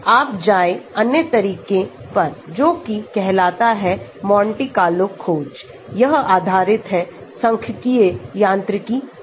आप जाएं अन्य तरीके पर जो कि कहलाता है मोंटे कार्लो खोज यह आधारित है सांख्यिकीय यांत्रिकी पर